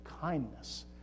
kindness